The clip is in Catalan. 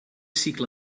cicle